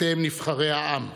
אתם נבחרי העם.